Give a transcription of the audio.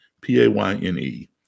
P-A-Y-N-E